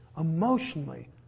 emotionally